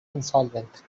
insolvent